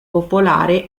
popolare